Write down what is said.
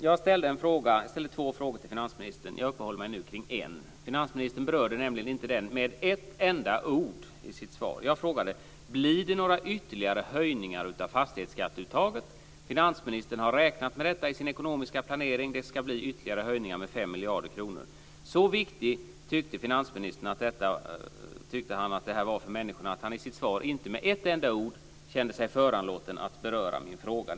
Fru talman! Jag ställde två frågor till finansministern. Jag uppehåller mig nu vid den ena. Finansministern berörde den nämligen inte med ett enda ord i sitt svar. Jag frågade: Blir det några ytterligare höjningar av fastighetsskatteuttaget? Finansministern har i sin ekonomiska planering räknat med att det ska bli ytterligare höjningar med 5 miljarder kronor. Så viktigt tyckte finansministern att detta var för människorna att han i sitt svar inte med ett enda ord kände sig föranlåten att beröra min fråga.